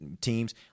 teams